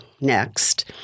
next